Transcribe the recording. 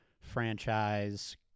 franchise